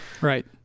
Right